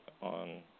on